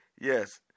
Yes